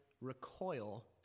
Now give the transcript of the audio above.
recoil